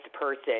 person